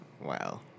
wow